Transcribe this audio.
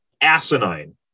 asinine